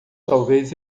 talvez